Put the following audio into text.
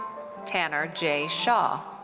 tanner j. shaw.